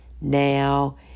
now